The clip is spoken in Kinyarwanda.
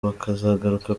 bakazagaruka